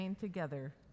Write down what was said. together